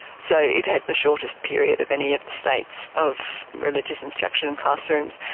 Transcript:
so it had the shortest period of any of the states of religious instruction in classrooms,